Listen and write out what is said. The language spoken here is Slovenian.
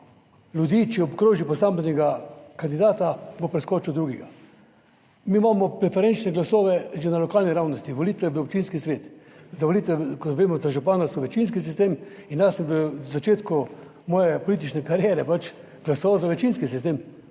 ljudi, če obkroži posameznega kandidata, bo preskočil drugega. Mi imamo preferenčne glasove že na lokalni ravnosti, volitve v občinski svet, za volitve, kot vemo, za župana so večinski sistem. In jaz sem v začetku moje politične kariere pač glasoval za večinski sistem,